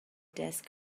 desk